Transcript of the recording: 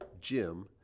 Jim